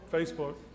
Facebook